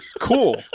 cool